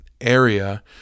area